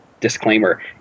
disclaimer